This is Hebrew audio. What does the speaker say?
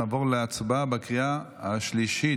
נעבור להצבעה בקריאה השלישית.